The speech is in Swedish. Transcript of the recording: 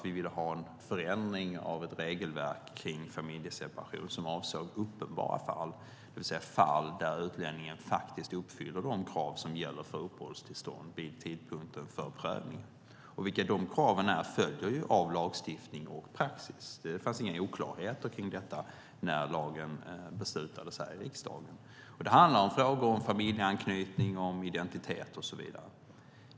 Vi ville ha en förändring av ett regelverk kring familjeseparation som avsåg uppenbara fall, det vill säga fall där utlänningen uppfyller de krav som gäller för uppehållstillstånd vid tidpunkten för prövning. Vilka de kraven är följer av lagstiftning och praxis. Det fanns inga oklarheter kring detta när lagen beslutades här i riksdagen. Det handlar om familjeanknytning, identitet och så vidare.